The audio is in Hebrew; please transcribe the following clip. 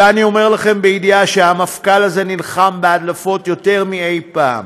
ואני אומר לכם מידיעה שהמפכ"ל הזה נלחם בהדלפות יותר מאי-פעם.